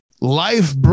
life